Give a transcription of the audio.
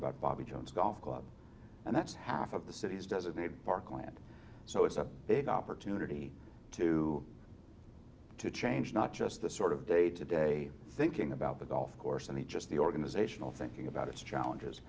about bobby jones golf club and that's half of the city's designated parkland so it's a big opportunity to to change not just the sort of day to day thinking about the golf course and the just the organizational thinking about its challenges